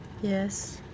yes